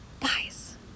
Guys